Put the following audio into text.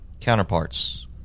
counterparts